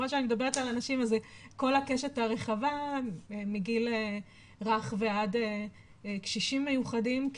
שאני מדברת על אנשים אז כל הקשת הרחבה מגיל רך ועד קשישים מיוחדים,